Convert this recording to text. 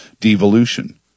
devolution